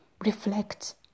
Reflect